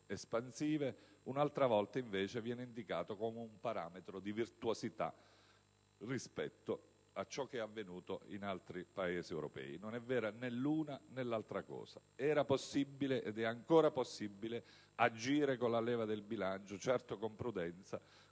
espansive, altre volte invece viene indicato come un parametro di virtuosità rispetto a ciò che è avvenuto in altri Paesi europei. Non è vera né l'una né l'altra cosa. Era possibile ed è ancora possibile agire con la leva del bilancio, certo con prudenza,